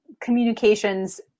communications